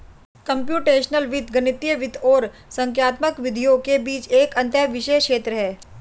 computational वित्त गणितीय वित्त और संख्यात्मक विधियों के बीच एक अंतःविषय क्षेत्र है